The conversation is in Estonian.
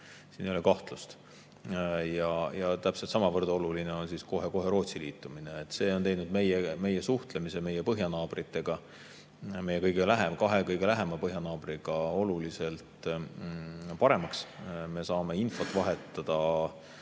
Siin ei ole kahtlust. Ja täpselt samavõrd oluline on kohe-kohe Rootsi liitumine. See on teinud meie suhtlemise põhjanaabritega, meie kõige lähema kahe põhjanaabriga oluliselt paremaks. Me saame infot vahetada